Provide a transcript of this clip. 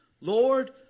Lord